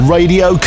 Radio